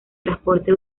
transporte